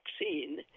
vaccine